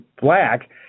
black